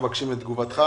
את תגובתך